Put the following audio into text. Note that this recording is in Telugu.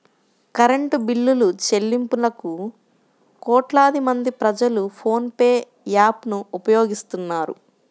కరెంటు బిల్లులుచెల్లింపులకు కోట్లాది మంది ప్రజలు ఫోన్ పే యాప్ ను వినియోగిస్తున్నారు